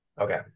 Okay